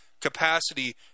capacity